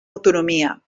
autonomia